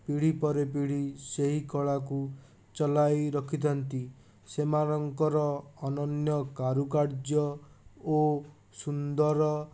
ପିଢ଼ି ପରେ ପିଢ଼ି ସେହି କଳାକୁ ଚଳାଇ ରଖିଥାନ୍ତି ସେମାନଙ୍କର ଅନନ୍ୟ କାରୁକାର୍ଯ୍ୟ ଓ ସୁନ୍ଦର